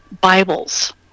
Bibles